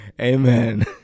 Amen